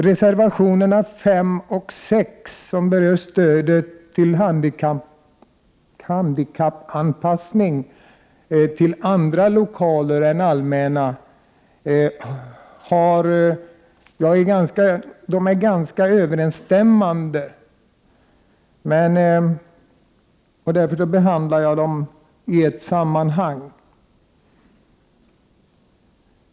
Reservationerna 5 och 6, som berör stödet till handikappanpassning av andra lokaler än allmänna, är ganska överensstämmande, och därför tar jag upp dem i ett sammanhang.